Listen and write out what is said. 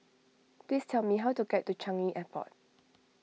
please tell me how to get to Changi Airport